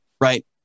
Right